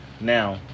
Now